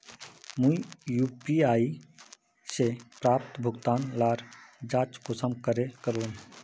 मुई यु.पी.आई से प्राप्त भुगतान लार जाँच कुंसम करे करूम?